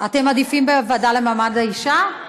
אתם מעדיפים בוועדה למעמד האישה?